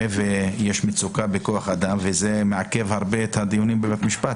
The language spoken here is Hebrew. ויש מצוקה בכוח אדם מה שמעכב בהרבה את הדיונים בבית המשפט